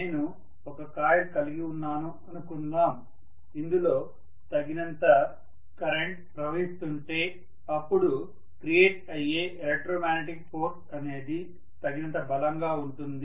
నేను ఒక కాయిల్ కలిగి ఉన్నాను అనుకుందాం అందులో తగినంత కరెంట్ ప్రవహిస్తుంటే అప్పుడు క్రియేట్ అయ్యే ఎలక్ట్రో మ్యాగ్నెటిక్ ఫోర్స్ అనేది తగినంత బలంగా ఉంటుంది